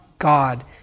God